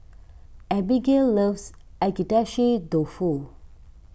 Abbigail loves Agedashi Dofu